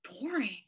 boring